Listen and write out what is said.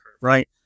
right